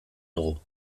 dugu